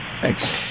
thanks